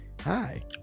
hi